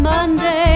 Monday